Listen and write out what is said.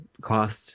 cost